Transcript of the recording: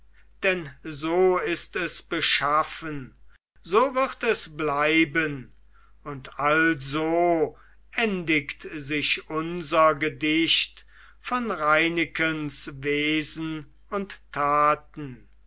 denn so ist es beschaffen so wird es bleiben und also endigt sich unser gedicht von reinekens wesen und taten